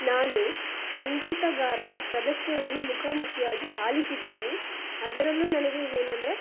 ನಾನು ಸಂಗೀತಗಾರರ ಪ್ರದರ್ಶನವನ್ನು ಮುಖಾಮುಖಿಯಾಗಿ ಆಲಿಸಿದ್ದೀನಿ ಅದರಲ್ಲೂ ನನಗೆ ಏನಂದ್ರೆ